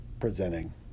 presenting